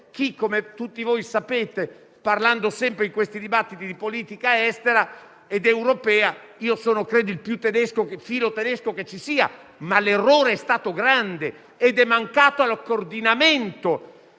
- come tutti voi sapete, parlando sempre in questi dibattiti di politica estera ed europea - il più filotedesco che ci sia. Ma l'errore è stato grande ed è mancato il coordinamento